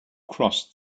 crossed